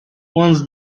once